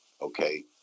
Okay